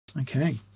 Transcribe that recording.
Okay